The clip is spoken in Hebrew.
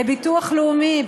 לביטוח לאומי,